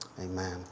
Amen